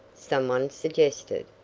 some one suggested.